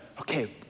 Okay